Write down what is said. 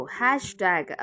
hashtag